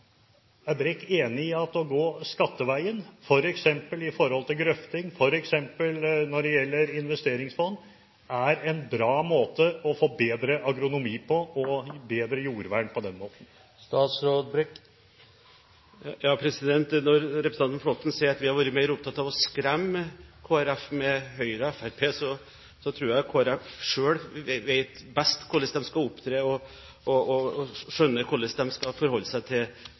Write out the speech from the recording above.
Er Brekk enig i at å gå skatteveien, f.eks. i forhold til grøfting og f.eks. når det gjelder investeringsfond, er en bra måte å få bedre agronomi på og på den måten gi bedre jordvern? Når representanten Flåtten sier at vi har vært mer opptatt av å skremme Kristelig Folkeparti med Høyre og Fremskrittspartiet, tror jeg Kristelig Folkeparti selv vet best hvordan de skal opptre, og skjønner hvordan de skal forholde seg til